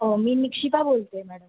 हो मी निक्षिपा बोलते आहे मॅडम